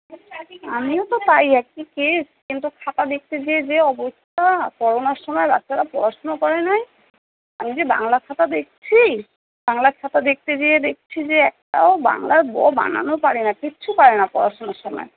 আমিও তো তাই একই কেস কিন্তু খাতা দেখতে যেয়ে যে অবস্তা করোনার সময় বাচ্চারা পড়াশোনা করে নাই আমি যে বাংলা খাতা দেখছি বাংলা খাতা দেখতে যেয়ে দেখছি যে একটাও বাংলার ব বানানও পারে না কিচ্ছু পারে না পড়াশোনার সময়